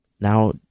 now